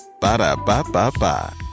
Ba-da-ba-ba-ba